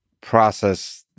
process